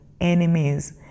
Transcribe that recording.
enemies